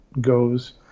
goes